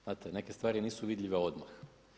Znate, neke stvari nisu vidljive odmah.